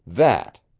that!